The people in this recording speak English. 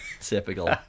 typical